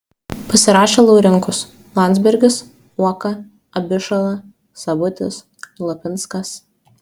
pasirašė laurinkus landsbergis uoka abišala sabutis lapinskas